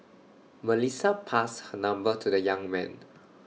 Melissa passed her number to the young man